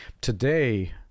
Today